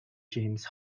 james